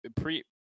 pre